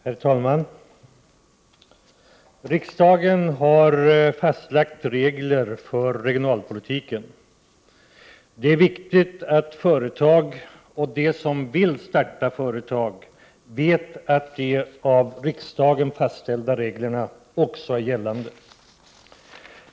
Herr talman! Riksdagen har fastlagt regler för regionalpolitiken. Det är viktigt att företag och de som vill starta företag vet att de av riksdagen fastställda reglerna också är gällande.